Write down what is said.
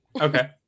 Okay